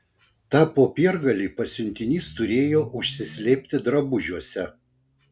tą popiergalį pasiuntinys turėjo užsislėpti drabužiuose